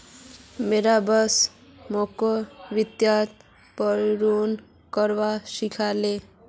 मोर बॉस मोक वित्तीय प्रतिरूपण करवा सिखा ले